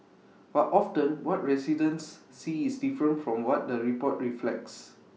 but often what residents see is different from what the report reflects